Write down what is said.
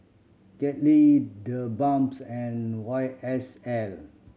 Kettle TheBalms and Y S L